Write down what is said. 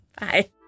Bye